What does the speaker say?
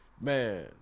Man